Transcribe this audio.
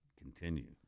continue